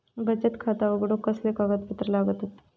बचत खाता उघडूक कसले कागदपत्र लागतत?